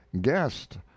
guest